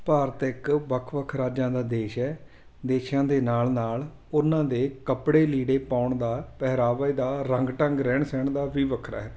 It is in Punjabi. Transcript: ਭਾਰਤ ਇੱਕ ਵੱਖ ਵੱਖ ਰਾਜਾਂ ਦਾ ਦੇਸ਼ ਹੈ ਦੇਸ਼ਾਂ ਦੇ ਨਾਲ ਨਾਲ ਉਹਨਾਂ ਦੇ ਕੱਪੜੇ ਲੀੜੇ ਪਾਉਣ ਦਾ ਪਹਿਰਾਵੇ ਦਾ ਰੰਗ ਢੰਗ ਰਹਿਣ ਸਹਿਣ ਦਾ ਵੀ ਵੱਖਰਾ ਹੈ